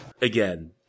Again